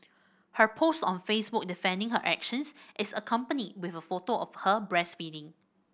her post on Facebook defending her actions is accompanied with a photo of her breastfeeding